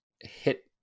hit